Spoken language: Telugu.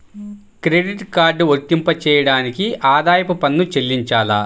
క్రెడిట్ కార్డ్ వర్తింపజేయడానికి ఆదాయపు పన్ను చెల్లించాలా?